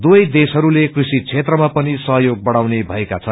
दुवै देशहस्ले कृषि क्षेत्रमा पनि सहयोग बढ़ाउने भएको छ